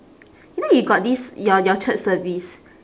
you know you got this your your church service